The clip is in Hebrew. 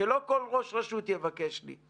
שלא כל ראש רשות יבקש לי.